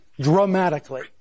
dramatically